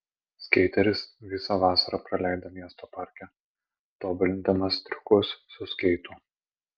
skeiteris visą vasarą praleido miesto parke tobulindamas triukus su skeitu